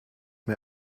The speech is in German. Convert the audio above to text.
mir